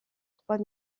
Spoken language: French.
trois